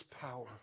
power